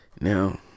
now